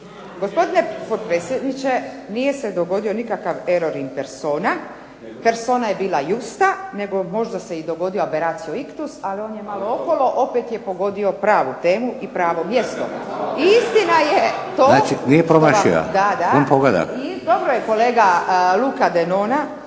Gospodine potpredsjedniče, nije se dogodio nikakav "error in persona". Persona je bila justa nego možda se i dogodio "aberatio ictus" ali on je malo okolo, opet je pogodio pravu temu i pravo mjesto. I istina je to. Dobro je kolega Luka Denona